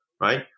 right